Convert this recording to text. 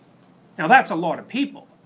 now that's a lot of people.